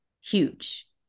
huge